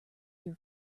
your